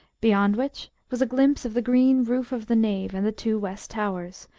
beyond which was a glimpse of the green roof of the nave and the two west towers,